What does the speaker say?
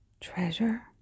Treasure